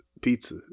pizza